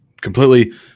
completely